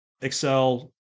Excel